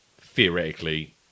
theoretically